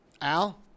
Al